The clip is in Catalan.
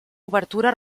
obertura